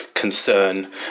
concern